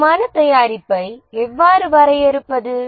தரமான தயாரிப்பை எவ்வாறு வரையறுப்பது